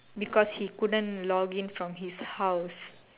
because he couldn't login from his house